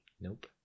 Nope